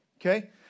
Okay